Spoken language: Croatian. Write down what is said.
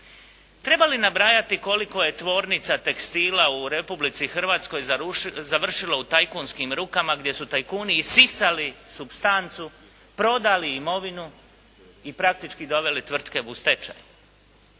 Treba li nabrajati koliko je tvornica tekstila u Republici Hrvatskoj završilo u tajkunskim rukama gdje su tajkuni isisali supstancu, prodali imovinu i praktički doveli tvrtke u stečaj.